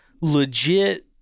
legit